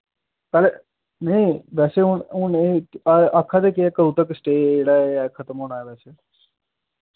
चल नेईं वैसे हून हून एह् आखा दे के कदूं तक स्टेऽ एह् जेह्ड़ा एह् ऐ खतम होना वैसे